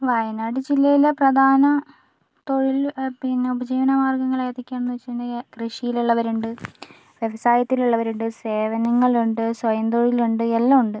വയനാട് ജില്ലയിലെ പ്രധാന തൊഴിൽ പിന്നെ ഉപജീവന മാർഗ്ഗങ്ങൾ ഏതൊക്കെയാണെന്ന് വെച്ചിട്ടുണ്ടെങ്കിൽ കൃഷിയിൽ ഉള്ളവരുണ്ട് വ്യവസായത്തിൽ ഉള്ളവരുണ്ട് സേവനങ്ങളുണ്ട് സ്വയം തൊഴിലുണ്ട് എല്ലാം ഉണ്ട്